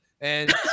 and-